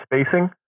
spacing